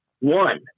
One